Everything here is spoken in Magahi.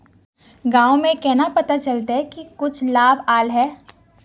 गाँव में केना पता चलता की कुछ लाभ आल है?